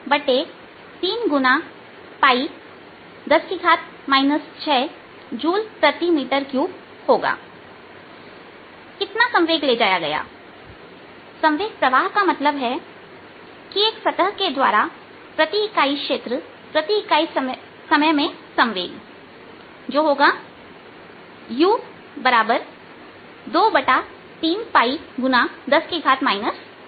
Area 𝝅r2 10 6 𝝅m2 Power 20mW 2 x 10 2 W S210 210 6𝝅2104𝝅JSm2 uSc21043𝝅10823𝝅10 6Jm2 संवेग प्रवाह का मतलब हैएक सतह के द्वारा प्रति इकाई क्षेत्र प्रति इकाई समय में संवेग जो u23π x 10 6 है